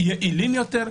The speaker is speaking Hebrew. יעילות יותר,